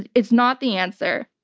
and it's not the answer.